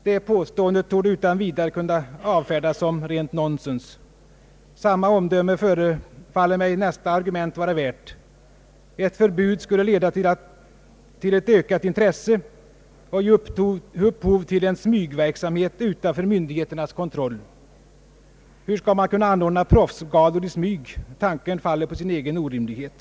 Det påståendet torde utan vidare kunna avfärdas såsom rent nonsens. Samma omdöme förefaller mig nästa argument vara värt. Ett förbud skulle leda till ökat intresse och ge upphov till en smygverksamhet utanför myndigheternas kontroll. Hur skall man kunna anordna proffsgalor i smyg? Tanken faller på sin egen orimlighet.